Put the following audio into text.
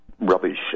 rubbish